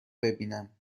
ببینم